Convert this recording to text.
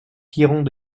tirant